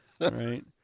right